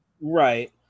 right